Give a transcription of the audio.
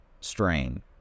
strain